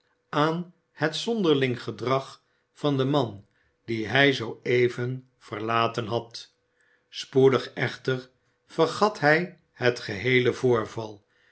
aan het zonderling gedrag van den man dien hij zoo even verlaten had spoedig echter vergat hij het geheele voorval